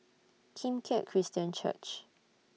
Kim Keat Christian Church